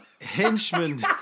Henchman